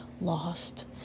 Lost